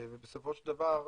ובסופו של דבר,